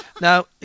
Now